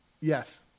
Yes